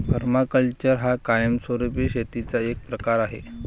permaculture हा कायमस्वरूपी शेतीचा एक प्रकार आहे